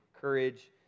Courage